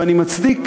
ואני מצדיק